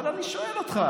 אבל אני שואל אותך.